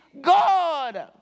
God